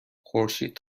خورشید